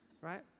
right